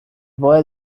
boy